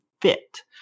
fit